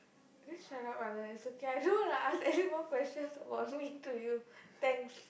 just shut up Anand it's okay I don't want to ask anymore questions about me to you thanks